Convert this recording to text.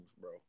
bro